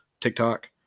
TikTok